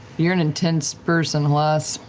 you're an intense person, halas.